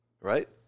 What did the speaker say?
right